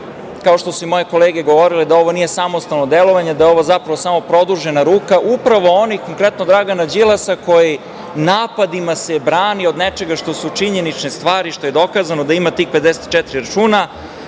kao što su i moje kolege govorile, da ovo nije samostalno delovanje, da je ovo zapravo samo produžena ruka upravo onih, konkretno Dragana Đilasa, koji se napadima brani od nečega što su činjenične stvari, što je dokazano da ima tih 54 računa.